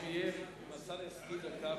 אם השר יסכים לכך,